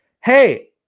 hey